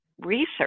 research